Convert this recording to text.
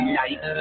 night